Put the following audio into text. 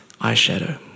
eyeshadow